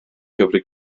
gyfer